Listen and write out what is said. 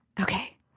Okay